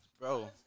bro